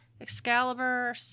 Excalibur